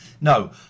No